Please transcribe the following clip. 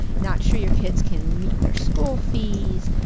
not sure your kids can meet their school fees,